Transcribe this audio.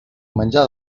menjar